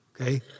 Okay